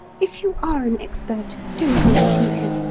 if you are an expert, don't undeceive him.